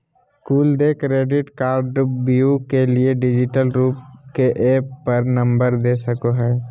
कुल देय क्रेडिट कार्डव्यू के लिए डिजिटल रूप के ऐप पर नंबर दे सको हइ